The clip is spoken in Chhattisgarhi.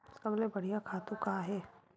सबले बढ़िया खातु का हे?